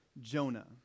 Jonah